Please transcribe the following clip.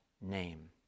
name